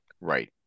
right